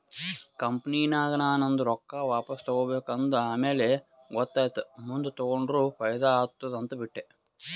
ಕಂಪನಿನಾಗ್ ನಾ ನಂದು ರೊಕ್ಕಾ ವಾಪಸ್ ತಗೋಬೇಕ ಅಂದ ಆಮ್ಯಾಲ ಗೊತ್ತಾಯಿತು ಮುಂದ್ ತಗೊಂಡುರ ಫೈದಾ ಆತ್ತುದ ಅಂತ್ ಬಿಟ್ಟ